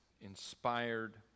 inspired